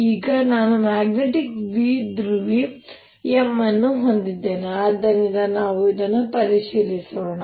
ಈಗ ನಾನು ಮ್ಯಾಗ್ನೆಟಿಕ್ ದ್ವಿಧ್ರುವಿ m ಅನ್ನು ಹೊಂದಿದ್ದೇನೆ ಆದ್ದರಿಂದ ನಾವು ಇದನ್ನು ಪರಿಶೀಲಿಸೋಣ